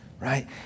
right